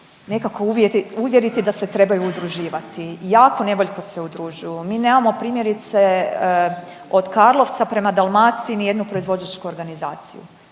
nekako uvjeriti da se trebaju udruživati, jako nevoljno se udružuju. Mi nemamo primjerice od Karlovca prema Dalmaciji nijednu proizvođačku organizaciju,